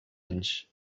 anys